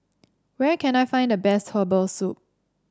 where can I find the best Herbal Soup